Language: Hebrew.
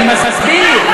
אני מסביר,